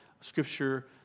Scripture